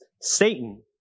Satan